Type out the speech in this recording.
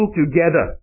together